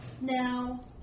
now